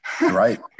Right